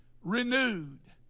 Renewed